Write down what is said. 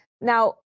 Now